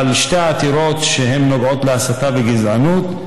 אבל שתי העתירות שנוגעות להסתה וגזענות,